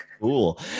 Cool